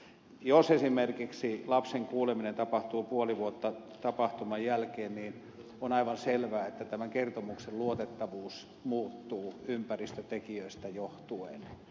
jos esimerkiksi lapsen kuuleminen tapahtuu puoli vuotta tapahtuman jälkeen on aivan selvää että tämän kertomuksen luotettavuus muuttuu ympäristötekijöistä johtuen